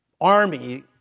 army